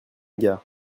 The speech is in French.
gars